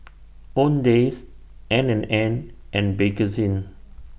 Owndays N and N and Bakerzin